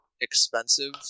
expensive